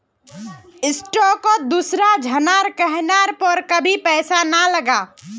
स्टॉकत दूसरा झनार कहनार पर कभी पैसा ना लगा